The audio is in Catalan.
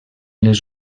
les